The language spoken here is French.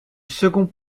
second